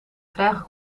trage